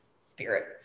spirit